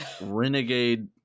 renegade